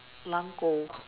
狼狗